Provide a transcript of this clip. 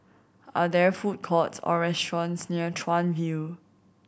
are there food courts or restaurants near Chuan View